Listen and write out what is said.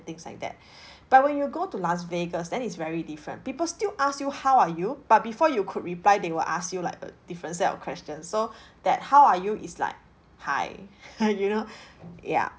things like that but when you go to las vegas then it's very different people still ask you how are you but before you could reply they will ask you like a different set of questions so that how are you is like hi you know ya